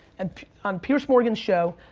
and on piers morgan's show,